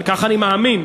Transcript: כך אני מאמין,